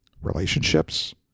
relationships